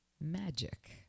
magic